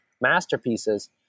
masterpieces